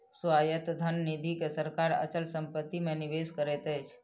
स्वायत्त धन निधि के सरकार अचल संपत्ति मे निवेश करैत अछि